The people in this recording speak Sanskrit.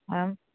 आम्